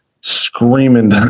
screaming